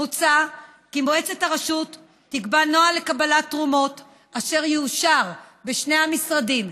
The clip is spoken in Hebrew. מוצע כי מועצת הרשות תקבע נוהל לקבלת תרומות אשר יאושר בשני המשרדים,